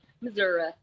missouri